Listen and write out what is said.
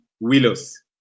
willows